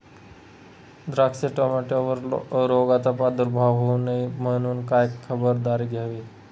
द्राक्ष, टोमॅटोवर रोगाचा प्रादुर्भाव होऊ नये म्हणून काय खबरदारी घ्यावी?